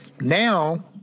Now